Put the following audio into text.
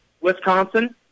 Wisconsin